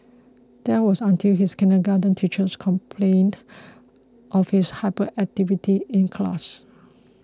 that was until his kindergarten teachers complained of his hyperactivity in class